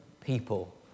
people